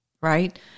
right